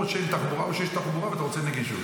או שאין תחבורה או שיש תחבורה ואתה רוצה נגישות.